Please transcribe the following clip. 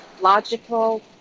logical